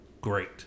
great